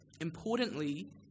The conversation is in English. Importantly